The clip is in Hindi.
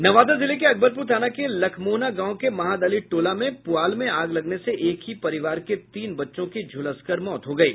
नवादा जिले के अकबरपुर थाना के लखमोहना गांव के महादलित टोला में पुआल में आग लगने से एक ही परिवार के तीन बच्चों की झुलसकर मौत हो गयी